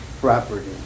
property